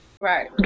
Right